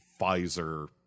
Pfizer